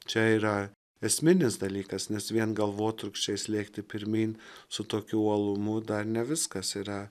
čia yra esminis dalykas nes vien galvotrūkčiais lėkti pirmyn su tokiu uolumu dar ne viskas yra